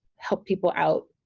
help people out,